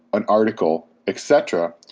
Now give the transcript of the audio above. an article, etc,